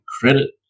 credit